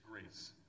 grace